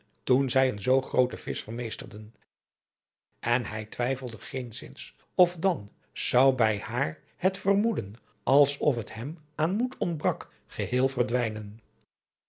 toen zij een zoo grooten visch vermeesterden en hij twijfelde geenszins of dan zou bij haar het vermoeden als of het hem aan moed ontbrak geheel verdwijnen